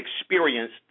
experienced